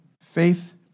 Faith